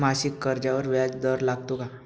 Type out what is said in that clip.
मासिक कर्जावर व्याज दर लागतो का?